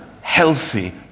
healthy